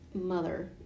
mother